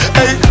Hey